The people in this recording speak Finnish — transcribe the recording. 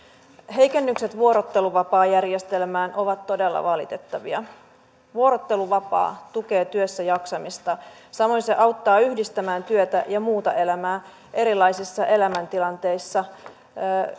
heikennykset vuorotteluvapaajärjestelmään ovat todella valitettavia vuorotteluvapaa tukee työssäjaksamista samoin se auttaa yhdistämään työtä ja muuta elämää erilaisissa elämäntilanteissa